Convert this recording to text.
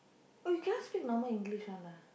oh you cannot speak normal English one ah